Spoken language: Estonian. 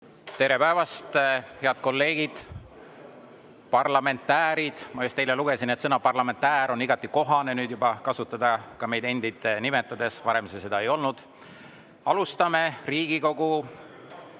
Tere päevast, head kolleegid parlamentäärid! Ma just eile lugesin, et sõna "parlamentäär" on igati kohane nüüd juba kasutada ka meist endist rääkides. Varem see nii ei olnud. Alustame Riigikogu